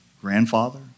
grandfather